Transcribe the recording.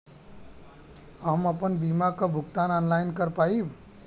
हम आपन बीमा क भुगतान ऑनलाइन कर पाईब?